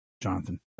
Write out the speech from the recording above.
Jonathan